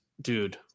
Dude